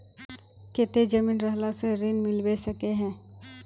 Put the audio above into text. केते जमीन रहला से ऋण मिलबे सके है?